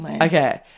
Okay